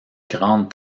grandes